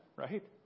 right